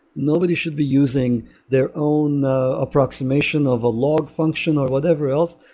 nobody should be using their own approximation of a log function or whatever else.